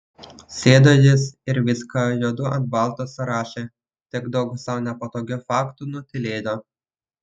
sėdo jis ir viską juodu ant balto surašė tik daug sau nepatogių faktų nutylėjo